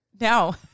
no